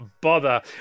bother